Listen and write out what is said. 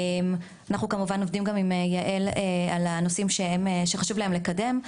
אנחנו כמובן עובדים גם עם יעל על הנושאים שחשוב להם לקדם,